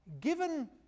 given